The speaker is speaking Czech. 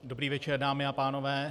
Dobrý večer, dámy a pánové.